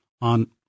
on